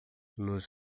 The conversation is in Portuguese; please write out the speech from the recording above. nos